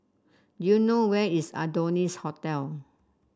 you know where is Adonis Hotel